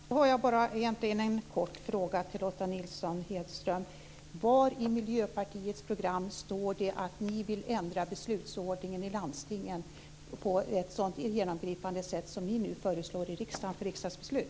Fru talman! Jag har bara en kort fråga till Lotta Nilsson-Hedström. Var i Miljöpartiets program står det att ni vill ändra beslutsordningen i landstingen på ett så genomgripande sätt som ni nu föreslår i riksdagen för riksdagsbeslut?